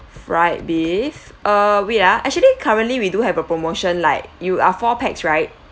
fried beef uh wait ah actually currently we do have a promotion like you are four pax right